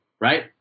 right